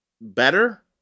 better